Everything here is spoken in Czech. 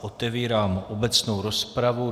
Otevírám obecnou rozpravu.